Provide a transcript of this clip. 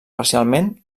parcialment